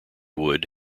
wood